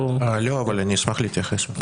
לא, אבל אני אשמח להתייחס.